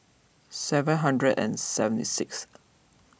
seven hundred and seventy sixth